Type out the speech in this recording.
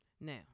Now